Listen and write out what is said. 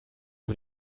für